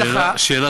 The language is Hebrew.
שאלה טובה.